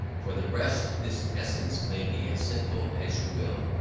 for the rest this essence may be as simple as you will,